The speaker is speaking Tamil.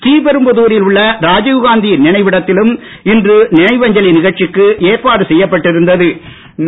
ஸ்ரீபெரும்புதாரில் உள்ள ராஜீவ்காந்தி நினைவிடத்திலும் இன்று நினைவஞ்சலி நிகழ்ச்சிக்கு ஏற்பாடு செய்யப்பட்டிருந்த்து